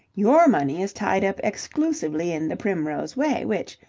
your money is tied up exclusively in the primrose way which,